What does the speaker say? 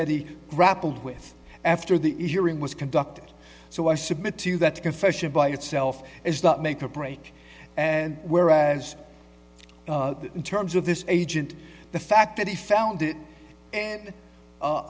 he grappled with after the earring was conducted so i submit to you that confession by itself is not make or break and whereas in terms of this agent the fact that he found it and